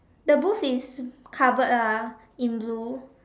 the booth is covered ah in blue